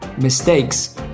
mistakes